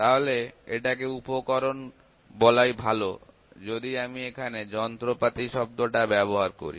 তাহলে এটাকে উপকরণ বলাই ভালো যদি আমি এখানে যন্ত্রপাতি শব্দটা ব্যবহার করি